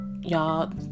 y'all